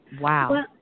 wow